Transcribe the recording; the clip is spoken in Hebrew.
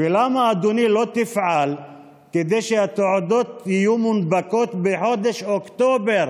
ולמה אדוני לא יפעל כדי שהתעודות יהיו מונפקות בחודש אוקטובר,